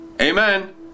Amen